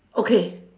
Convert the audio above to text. okay